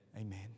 Amen